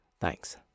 Thanks